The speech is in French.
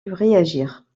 réagir